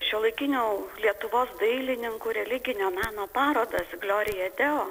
šiuolaikinių lietuvos dailininkų religinio meno parodą glioria deo